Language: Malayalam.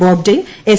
ബോബ്ഡെ എസ്